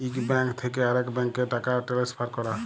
ইক ব্যাংক থ্যাকে আরেক ব্যাংকে টাকা টেলেসফার ক্যরা